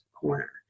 corner